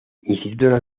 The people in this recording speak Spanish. instituto